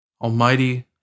Almighty